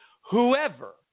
whoever